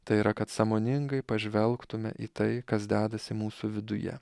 tai yra kad sąmoningai pažvelgtume į tai kas dedasi mūsų viduje